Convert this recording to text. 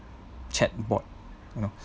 chat bot you know